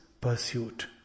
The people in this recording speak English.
pursuit